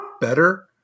better